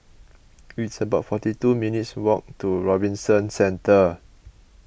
it's about forty two minutes' walk to Robinson Centre